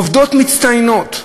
עובדות מצטיינות,